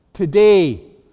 today